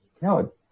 No